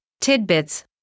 tidbits